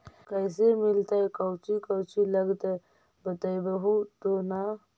कैसे मिलतय कौची कौची लगतय बतैबहू तो न?